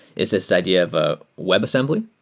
is this idea of a web assembly.